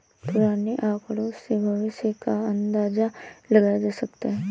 पुराने आकड़ों से भविष्य का अंदाजा लगाया जा सकता है